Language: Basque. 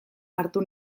hartu